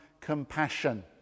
compassion